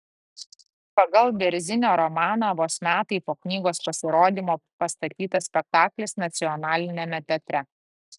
pagal bėrzinio romaną vos metai po knygos pasirodymo pastatytas spektaklis nacionaliniame teatre